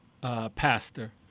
pastor